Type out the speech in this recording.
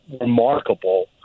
remarkable